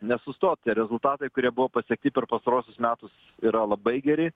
nesustot tie rezultatai kurie buvo pasiekti per pastaruosius metus yra labai geri